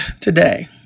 today